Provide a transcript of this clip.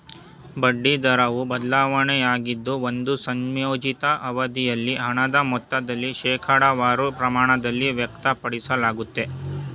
ಬಡ್ಡಿ ದರವು ಬದಲಾವಣೆಯಾಗಿದ್ದು ಒಂದು ಸಂಯೋಜಿತ ಅವಧಿಯಲ್ಲಿ ಹಣದ ಮೊತ್ತದಲ್ಲಿ ಶೇಕಡವಾರು ಪ್ರಮಾಣದಲ್ಲಿ ವ್ಯಕ್ತಪಡಿಸಲಾಗುತ್ತೆ